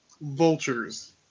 vultures